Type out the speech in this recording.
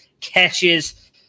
catches